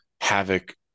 Havoc